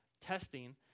testing